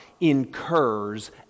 incurs